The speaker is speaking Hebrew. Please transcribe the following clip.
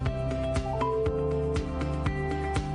(הצגת מצגת)